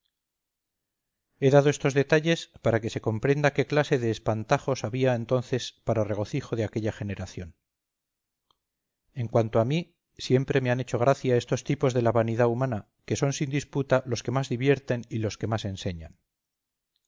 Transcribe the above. dado estos detalles para que se comprenda qué clase de espantajos había entonces para regocijo de aquella generación en cuanto a mí siempre me han hecho gracia estos tipos de la vanidad humana que son sin disputa los que más divierten y los que más enseñan